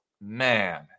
man